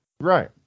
Right